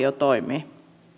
jo toimii